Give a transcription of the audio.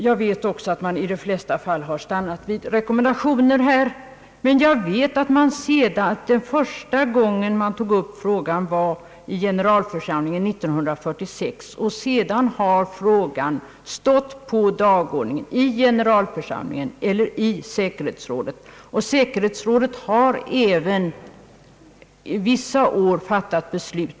Jag vet också att man i de flesta fall har stannat vid rekommendationer. Första gången man tog upp frågan i generalförsamlingen var år 1946, och därefter har frågan flera gånger stått på dagordningen i generalförsamlingen eller i säkerhetsrådet. Säkerhetsrådet har vissa år även fattat beslut.